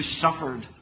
suffered